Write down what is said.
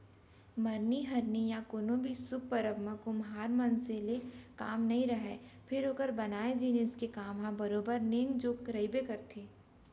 मरनी हरनी या कोनो भी सुभ परब म कुम्हार मनसे ले काम नइ रहय फेर ओकर बनाए जिनिस के काम ह बरोबर नेंग जोग रहिबे करथे